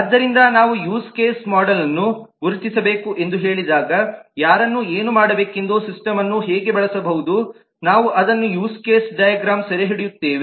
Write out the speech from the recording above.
ಆದ್ದರಿಂದ ನಾವು use case ಮೋಡೆಲ್ನ್ನು ಗುರುತಿಸಬೇಕು ಎಂದು ಹೇಳಿದಾಗ ಯಾರನ್ನು ಏನು ಮಾಡಬೇಕೆಂದು ಸಿಸ್ಟಮ್ನ್ನು ಹೇಗೆ ಬಳಸಬಹುದು ನಾವು ಅದನ್ನು ಯೂಸ್ ಕೇಸ್ ಡೈಗ್ರಾಮ್ನಲ್ಲಿ ಸೆರೆಹಿಡಿಯುತ್ತೇವೆ